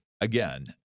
again